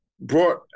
brought